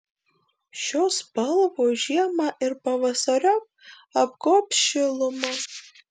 šios spalvos žiemą ir pavasariop apgobs šiluma